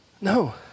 no